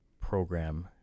program